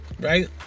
right